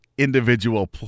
individual